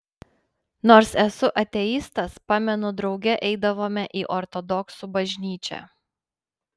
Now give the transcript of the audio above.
nors esu ateistas pamenu drauge eidavome į ortodoksų bažnyčią